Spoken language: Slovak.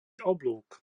oblúk